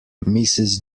mrs